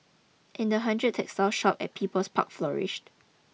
and the hundred textile shops at People's Park flourished